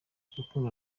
urukundo